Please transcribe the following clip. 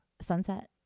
Sunset